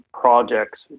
projects